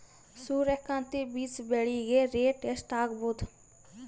ಸೂರ್ಯ ಕಾಂತಿ ಬೀಜ ಬೆಳಿಗೆ ರೇಟ್ ಎಷ್ಟ ಆಗಬಹುದು?